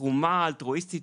התרומה האלטרואיסטית